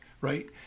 right